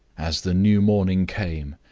as the new morning came,